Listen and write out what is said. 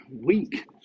week